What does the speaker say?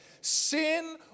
Sin